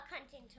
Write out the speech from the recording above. hunting